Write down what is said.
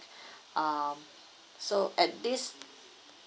um so at this